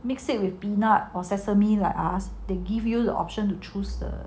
mix it with peanut or sesame like us they give you the option to choose the